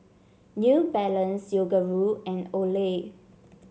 New Balance Yoguru and Olay